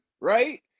right